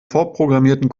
vorprogrammierten